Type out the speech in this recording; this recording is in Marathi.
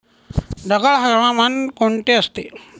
ढगाळ हवामान कोणते असते?